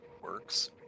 works